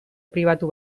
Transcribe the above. pribatu